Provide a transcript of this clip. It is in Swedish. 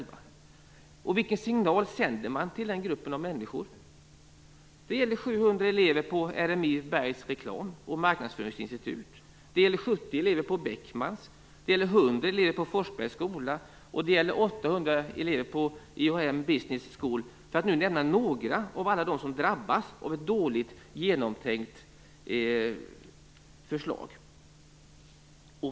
Vilken signal sänder man till den här gruppen av människor? Det gäller 700 elever på RMI Berghs reklam och marknadsföringsinstitut. Det gäller 70 elever på Beckmans. Det gäller 100 elever på Forsbergs skola, och det gäller 800 elever på IHM Business School för att nu nämna några av alla dem som drabbas av detta dåligt genomtänkta förslag.